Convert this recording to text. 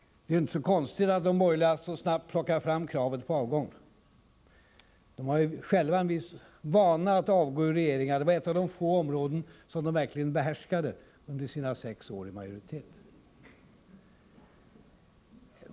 Det är inte så konstigt att de borgerliga så snabbt plockar fram kravet på avgång. De har ju själva en viss vana att avgå ur regeringar. Det var ett av de få områden de verkligen behärskade under sina sex år i majoritet.